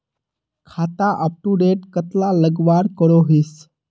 खाता अपटूडेट कतला लगवार करोहीस?